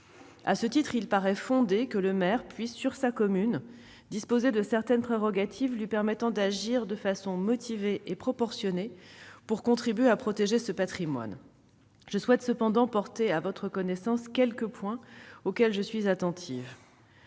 À ce titre, il paraît fondé que le maire puisse disposer, sur sa commune, de certaines prérogatives lui permettant d'agir, de façon motivée et proportionnée, pour contribuer à protéger ce patrimoine. Je souhaite toutefois porter à votre connaissance quelques points auxquels je suis attentive.